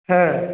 হ্যাঁ